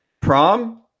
prom